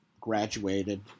graduated